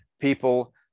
people